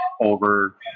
over